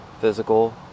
physical